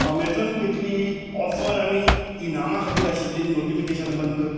Amazon पेटली offer आनी इनामां खातीर आशिल्ली नोटिफिकेशनां बंद कर